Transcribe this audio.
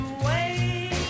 away